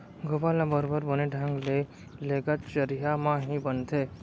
गोबर ल बरोबर बने ढंग ले लेगत चरिहा म ही बनथे